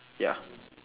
ya